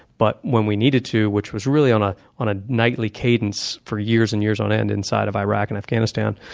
but when we needed to, which was really on ah on a nightly cadence for years and years on end in side of iraq and afghanistan,